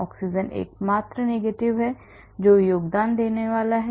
oxygen एकमात्र negative है जो योगदान देने वाला है